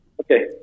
Okay